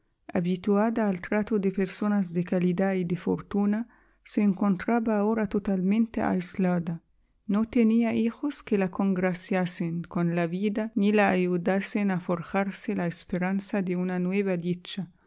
habituada al trato de personas de calidad y de fortuna se encontraba ahora totalmente aislada no tenía hijos que la congraciasen con la vida ni la ayudasen a forjarse la esperanza de una nueva dicha